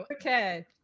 Okay